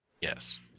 Yes